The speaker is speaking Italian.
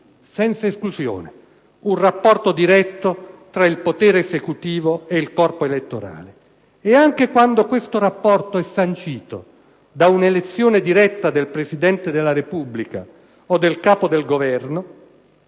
senza esclusione, un rapporto diretto tra il potere esecutivo e il corpo elettorale. Ed anche quando questo rapporto è sancito da un'elezione diretta del Presidente della Repubblica o del Capo del Governo,